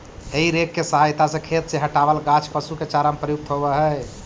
हेइ rake के सहायता से खेत से हँटावल गाछ पशु के चारा में प्रयुक्त होवऽ हई